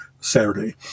Saturday